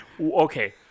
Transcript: Okay